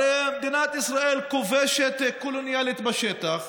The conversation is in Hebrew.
הרי מדינת ישראל כובשת קולוניאלית בשטח,